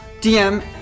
DM